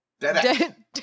Deadass